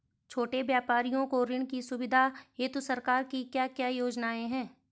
छोटे व्यापारियों को ऋण की सुविधा हेतु सरकार की क्या क्या योजनाएँ हैं?